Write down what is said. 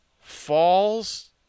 Falls